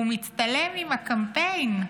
הוא מצטלם עם הקמפיין,